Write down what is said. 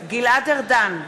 גלעד ארדן,